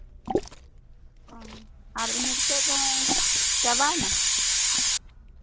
ᱦᱚᱸ ᱟᱨ ᱤᱱᱟᱹ ᱠᱟᱛᱮᱫ ᱫᱚ ᱪᱟᱵᱟᱭᱱᱟ